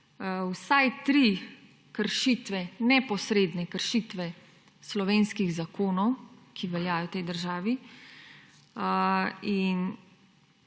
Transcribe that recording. vsaj tri kršitve, neposredne kršitve slovenskih zakonov, ki veljajo v tej državi. Če